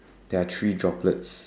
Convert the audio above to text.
there are three droplets